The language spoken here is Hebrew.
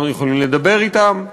אנחנו יכולים לדבר אתם,